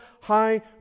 high